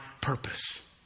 purpose